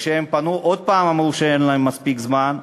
וכשהם פנו עוד פעם ואמרו שאין להם מספיק זמן,